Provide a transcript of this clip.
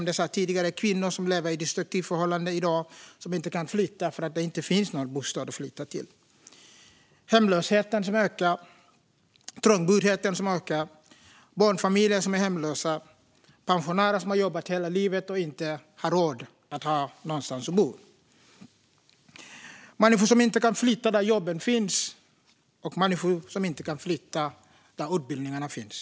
Det gäller kvinnor som i dag lever i destruktiva förhållanden och som inte kan flytta för att det inte finns någon bostad att flytta till. Vi har ökande hemlöshet och trångboddhet, barnfamiljer som är hemlösa och pensionärer som har jobbat hela livet men som inte har råd att ha någonstans att bo. Vi har människor som inte kan flytta dit där jobben eller utbildningarna finns.